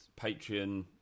Patreon